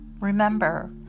Remember